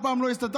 אף פעם לא הסתתרת,